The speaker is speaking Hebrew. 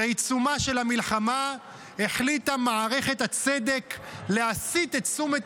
בעיצומה של המלחמה החליטה מערכת הצדק להסיט את תשומת